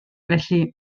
felly